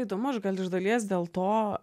įdomu aš gal iš dalies dėl to